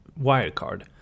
Wirecard